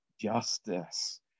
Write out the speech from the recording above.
justice